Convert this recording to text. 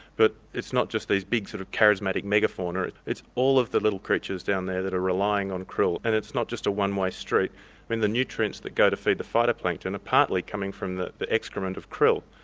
but it's not just these big sort of charismatic mega fauna. it's it's all of the little creatures down there that are relying on krill. and it's not just a one way street. i mean the nutrients that go to feed the fighter plankton are partly coming from the the excrement of krill.